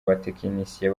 batekinisiye